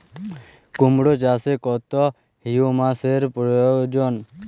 কুড়মো চাষে কত হিউমাসের প্রয়োজন?